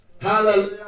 Hallelujah